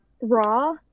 raw